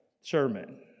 sermon